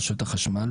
רשות החשמל,